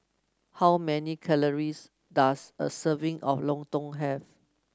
how many calories does a serving of Lontong have